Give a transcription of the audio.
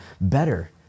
better